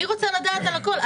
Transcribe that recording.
אני רוצה לדעת על הכול.